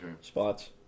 Spots